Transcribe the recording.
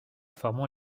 formant